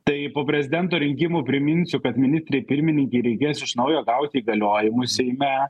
tai po prezidento rinkimų priminsiu kad ministrei pirmininkei reikės iš naujo gauti įgaliojimus seime